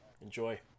Enjoy